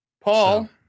Paul